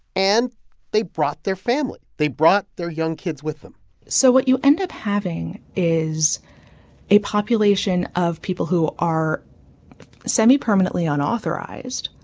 and they brought their family. they brought their young kids with them so what you end up having is a population of people who are semi-permanently unauthorized,